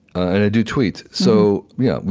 and i do tweet. so yeah,